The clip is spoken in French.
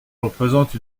représente